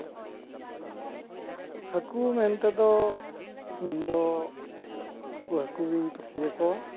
ᱦᱟᱹᱠᱩ ᱢᱮᱱᱛᱮᱫᱚ ᱤᱧᱫᱚ ᱩᱱᱠᱩ ᱦᱟᱹᱠᱩ ᱜᱤᱧ ᱠᱩᱥᱤᱭᱟ ᱠᱚᱣᱟ